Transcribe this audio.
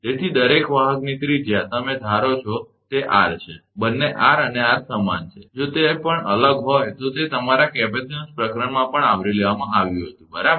તેથી દરેક વાહકની ત્રિજ્યા તમે ધારો છો કે તે r છે બંને r અને r છે જો તે પણ અલગ હોય તો તે તમારા કેપેસિટીન્સ પ્રકરણમાં પણ આવરી લેવામાં આવ્યું હતું બરાબર